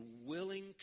willing